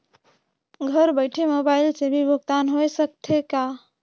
घर बइठे मोबाईल से भी भुगतान होय सकथे का?